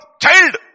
Child